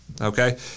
okay